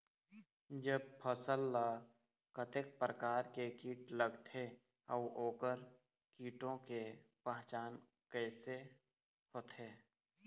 जब फसल ला कतेक प्रकार के कीट लगथे अऊ ओकर कीटों के पहचान कैसे होथे?